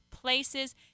places